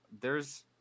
there's-